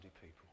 people